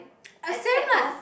same lah